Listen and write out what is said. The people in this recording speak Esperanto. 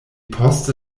poste